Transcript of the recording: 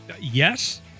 Yes